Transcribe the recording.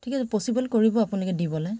ঠিক আছে পচিবল কৰিব আপোনোকে দিবলৈ